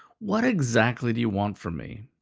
what exactly do you want from me?